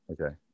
Okay